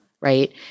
right